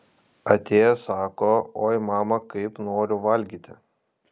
atėjęs sako oi mama kaip noriu valgyti